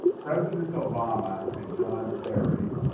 president obama and john kerry